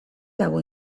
dago